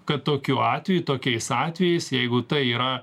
kad tokiu atveju tokiais atvejais jeigu tai yra